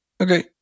Okay